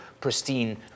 pristine